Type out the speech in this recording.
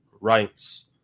Rights